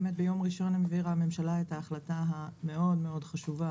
ביום ראשון העבירה הממשלה את ההחלטה המאוד מאוד חשובה